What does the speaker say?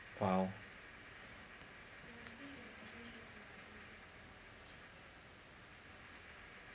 !wow!